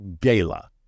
Gala